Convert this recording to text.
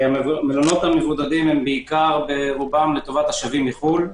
מלונות המבודדים הם בעיקר ברובם לטובת השבים מחו"ל.